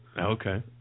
Okay